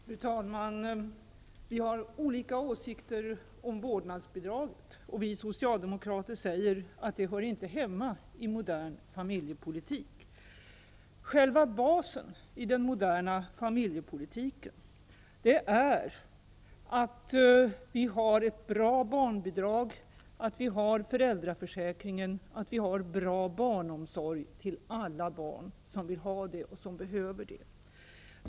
Fru talman! Vi har olika åsikter om vårdnadsbidraget, och vi socialdemokrater säger att det inte hör hemma i modern familjepolitik. Själva basen i den moderna familjepolitiken är att vi har ett bra barnbidrag, föräldraförsäkringen och bra barnomsorg till alla barn som vill ha och behöver det.